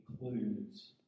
includes